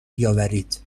بیاورید